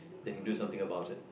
they can do something about it